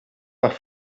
nach